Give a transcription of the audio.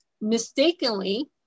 mistakenly